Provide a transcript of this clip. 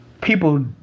People